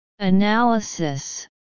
analysis